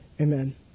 amen